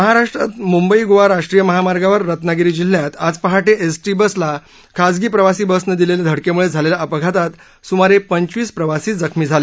महाराष्ट्रात मुंबई गोवा राष्ट्रीय महामार्गावर रत्नागिरी जिल्ह्यात आज पहाटे एसटी बसला खाजगी प्रवासी बसनं दिलेल्या धडकेमुळे झालेल्या अपघातात सुमारे पंचवीस प्रवासी जखमी झाले